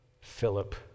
Philip